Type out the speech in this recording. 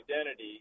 identity